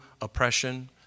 oppression